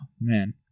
man